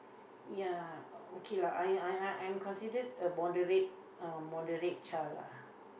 ya okay lah I considerate a moderate child lah